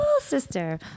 sister